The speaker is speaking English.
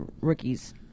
rookies